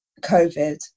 covid